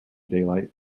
daylight